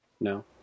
No